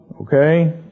Okay